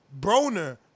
Broner